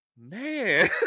man